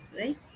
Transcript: Right